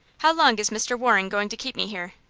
how long is mr. waring going to keep me here?